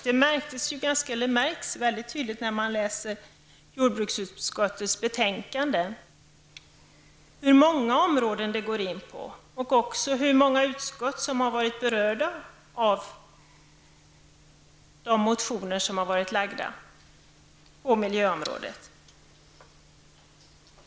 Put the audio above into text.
Det märks mycket tydligt när man läser jordbruksutskottets betänkande hur många områden miljön går in på och hur många utskott som har varit berörda av de motioner som har väckts på miljöområdet.